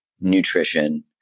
nutrition